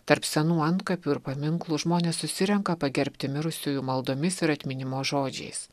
tarp senų antkapių ir paminklų žmonės susirenka pagerbti mirusiųjų maldomis ir atminimo žodžiais